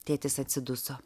tėtis atsiduso